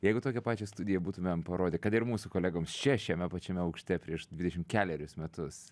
jeigu tokią pačią studiją būtumėm parodę kad ir mūsų kolegoms čia šiame pačiame aukšte prieš dvidešim kelerius metus